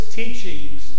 teachings